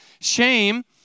shame